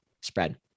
spread